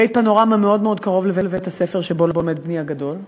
בית-פנורמה מאוד מאוד קרוב לבית-הספר שבו לומד בני הגדול,